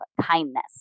kindness